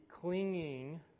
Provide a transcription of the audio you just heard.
clinging